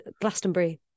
glastonbury